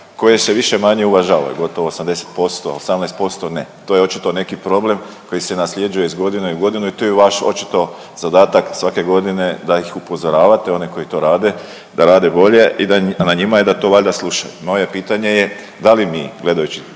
koje se više-manje uvažavaju. Gotovo 80, 18% ne. To je očito neki problem koji se nasljeđuje iz godine u godinu i to je vaš očito zadatak svake godine da ih upozoravate, one koji to rade, da rade bolje i da, a na njima je da to valjda slušaju. Moje pitanje je da li mi gledajući